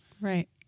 Right